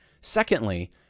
Secondly